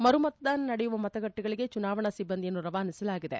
ಮರುಮತದಾನ ನಡೆಯುವ ಮತಗಟ್ಟೆಗಳಿಗೆ ಚುನಾವಣಾ ಸಿಬ್ಲಂದಿಯನ್ನು ರವಾನಿಸಲಾಗಿದೆ